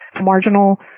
marginal